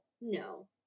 no